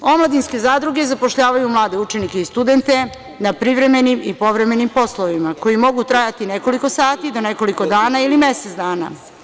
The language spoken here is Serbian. Omladinske zadruge zapošljavaju mlade učenike i studente na privremenim i povremenim poslovima koji mogu trajati nekoliko sati do nekoliko dana ili mesec dana.